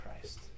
Christ